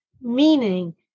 Meaning